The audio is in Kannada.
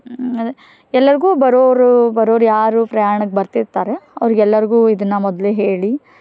ಅದೇ ಎಲ್ಲರಿಗೂ ಬರೋರು ಬರೋರು ಯಾರು ಪ್ರಯಾಣಕ್ಕೆ ಬರ್ತಿರ್ತಾರೆ ಅವ್ರ್ಗೆ ಎಲ್ಲರಿಗೂ ಇದನ್ನು ಮೊದಲೇ ಹೇಳಿ